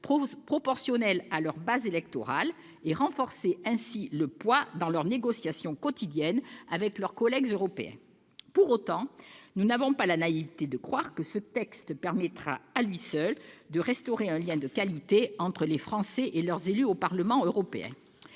proportionnelle à leur base électorale, et consolider ainsi leur poids dans les négociations quotidiennes avec leurs collègues européens. Pour autant, nous n'avons pas la naïveté de croire que ce texte permettra à lui seul de restaurer un lien de qualité entre les Français et leurs élus au Parlement européen.